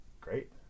Great